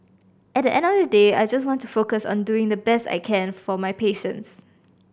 at the end of the day I just want to focus on doing the best I can for my patients